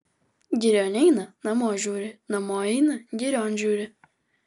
girion eina namo žiūri namo eina girion žiūri